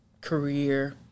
career